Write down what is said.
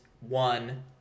one